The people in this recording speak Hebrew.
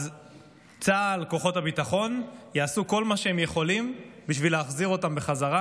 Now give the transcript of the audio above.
צה"ל וכוחות הביטחון יעשו כל מה שהם יכולים בשביל להחזיר אותם בחזרה.